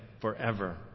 forever